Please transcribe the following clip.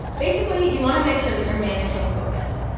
basically, you want to make sure that you're managing focus.